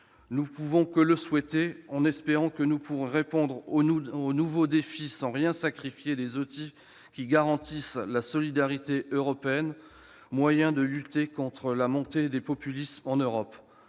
Nous ne pouvons que le souhaiter, en espérant que nous serons en mesure de répondre aux nouveaux défis sans rien sacrifier des outils qui garantissent la solidarité européenne, laquelle est le moyen de lutter contre la montée des populismes en Europe.